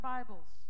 Bibles